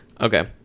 Okay